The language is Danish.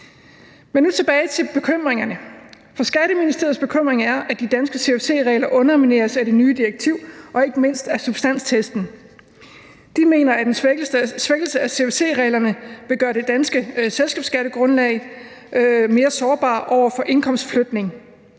Men nu tilbage til bekymringerne. For Skatteministeriets bekymring er, at de danske CFC-regler undermineres af det nye direktiv og ikke mindst af substanstesten. De mener, at en svækkelse af CFC-reglerne vil gøre det danske selskabsskattegrundlag mere sårbart over for indkomstflytning.